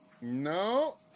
No